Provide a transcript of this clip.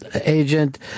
agent